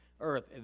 earth